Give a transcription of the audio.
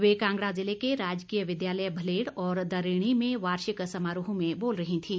वे कांगड़ा जिले के राजकीय विद्यालय भलेड और दरीणी में वार्षिक समारोह में बोल रहीं थीं